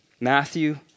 Matthew